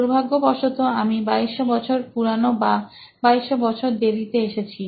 দুর্ভাগ্যবশত আমি 2200 বছর পুরানো বা 2200 বছর দেরিতে এসেছি